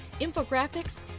infographics